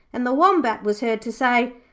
and the wombat was heard to say,